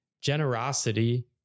generosity